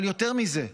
אבל יותר מזה,